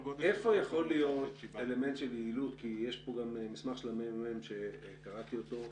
פה גם מסמך של הממ"מ שקראתי אותו.